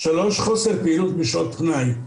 שלוש, חוסר פעילות בשעות פנאי.